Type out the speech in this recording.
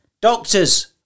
Doctors